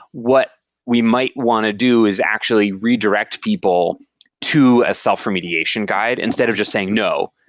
what we might want to do is actually redirect people to a self-remediation guide instead of just saying, no.